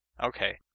Okay